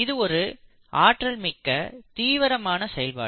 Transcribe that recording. இது ஒரு ஆற்றல்மிக்க தீவிரமான செயல்பாடு